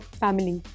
family